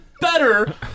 better